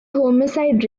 homicide